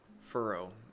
furrow